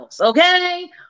Okay